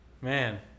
Man